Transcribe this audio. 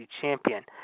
champion